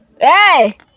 Hey